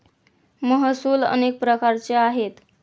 महसूल अनेक प्रकारचे आहेत